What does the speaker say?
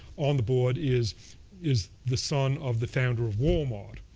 on the board is is the son of the founder of walmart.